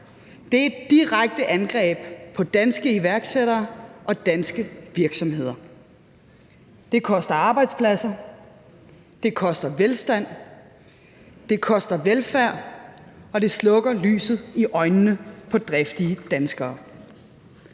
Det er et direkte angreb på danske iværksættere og danske virksomheder. Det koster arbejdspladser, det koster velstand, det koster velfærd, og det slukker lyset i øjnene på driftige danskere.